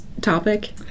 topic